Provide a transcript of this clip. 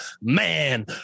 man